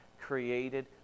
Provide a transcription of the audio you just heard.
created